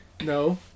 no